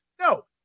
No